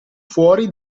fuori